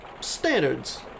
standards